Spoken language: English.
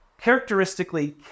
characteristically